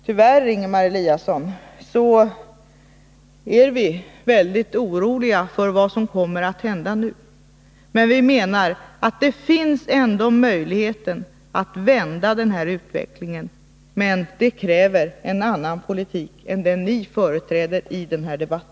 Tyvärr, Ingemar Eliasson, är vi mycket oroliga för vad som nu kommer att hända. Vi menar dock att det ändå finns en möjlighet att vända denna utveckling, men det kräver en annan politik än den regeringen företräder i denna debatt.